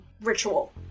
ritual